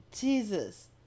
Jesus